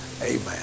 amen